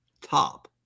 top